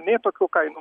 nė tokių kainų